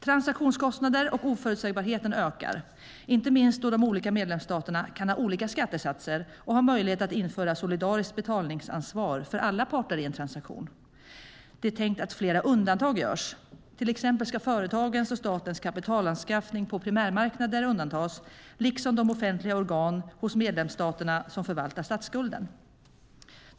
Transaktionskostnaderna och oförutsägbarheten ökar, inte minst då de olika medlemsstaterna kan ha olika skattesatser och har möjlighet att införa solidariskt betalningsansvar för alla parter i en transaktion. Det är tänkt att flera undantag görs. Till exempel ska företagens och statens kapitalanskaffning på primärmarknader undantas, liksom de offentliga organ hos medlemsstaterna som förvaltar statsskulden.